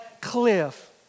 cliff